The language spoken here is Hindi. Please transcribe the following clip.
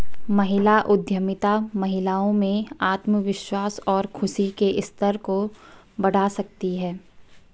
महिला उद्यमिता महिलाओं में आत्मविश्वास और खुशी के स्तर को बढ़ा सकती है